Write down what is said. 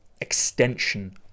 extension